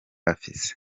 afise